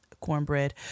cornbread